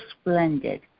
splendid